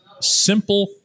simple